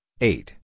eight